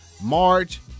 March